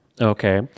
Okay